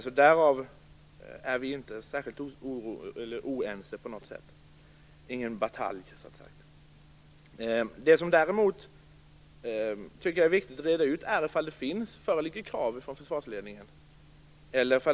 Därom är vi inte på något sätt särskilt oense. Det är alltså inte fråga om någon batalj. Däremot tycker jag att det är viktigt att reda ut om det föreligger några krav från försvarsledningen.